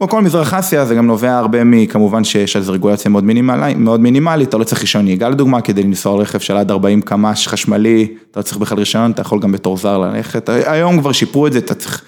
כמו כל מזרח אסיה זה גם נובע הרבה מכמובן שיש איזה רגולציה מאוד מינימלית, אתה לא צריך רישיון נהיגה לדוגמא כדי לנסוע על רכב של עד 40 קמ"ש חשמלי, אתה לא צריך בכלל רישיון, אתה יכול גם בתור זר ללכת, היום כבר שיפרו את זה, אתה צריך